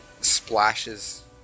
splashes